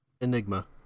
Enigma